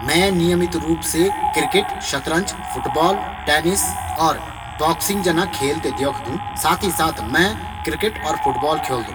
मैं नियमित रूप से क्रिकेट, फूटबॉल, शतरंज, टेनिस और बॉक्सिंग जना खेल थें देखदू। साथ ही मैं क्रिकेट और फूटबॉल खेलदू।